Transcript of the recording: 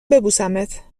ببوسمت